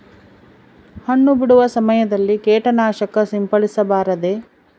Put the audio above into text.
ಹಣ್ಣು ಬಿಡುವ ಸಮಯದಲ್ಲಿ ಕೇಟನಾಶಕ ಸಿಂಪಡಿಸಬಾರದೆ?